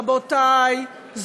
רבותי,